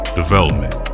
development